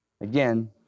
Again